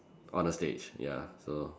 on the stage ya so